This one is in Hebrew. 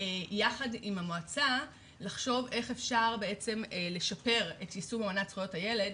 יחד עם המועצה לחשוב איך אפשר לשפר את יישום אמנת זכויות הילד